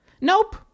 Nope